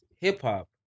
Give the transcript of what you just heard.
hip-hop